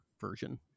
version